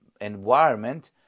environment